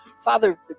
Father